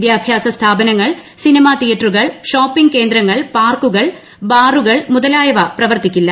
വിദ്യാഭ്യാസ സ്ഥാപനങ്ങൾ സിനിമാ തിയേറ്ററുകൾ ഷോപ്പിംഗ് കേന്ദ്രങ്ങൾ പാർക്കുകൾ ബാറുകൾ മുതലയായവ പ്രവർത്തിക്കില്ല